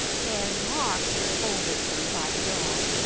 their remarks were overheard by the dog,